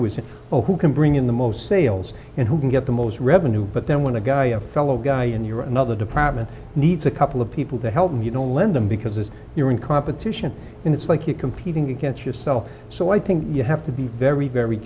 at or who can bring in the most sales and who can get the most revenue but then when the guy a fellow guy in your another department needs a couple of people to help and you don't lend them because you're in competition it's like you competing against yourself so i think you have to be very very